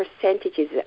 percentages